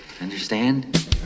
Understand